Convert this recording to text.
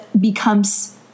becomes